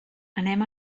anem